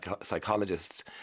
Psychologists